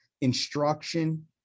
instruction